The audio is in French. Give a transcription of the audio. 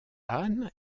anne